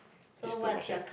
it's too much ya